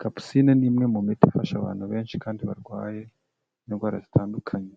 Kapusine ni imwe mu miti ifasha abantu benshi kandi barwaye indwara zitandukanye,